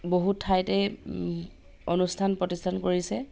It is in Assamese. বহুত ঠাইতে অনুষ্ঠান প্ৰতিষ্ঠান কৰিছে